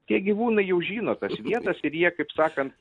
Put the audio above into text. tie gyvūnai jau žino tas vietas ir jie kaip sakant